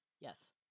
Yes